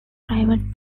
private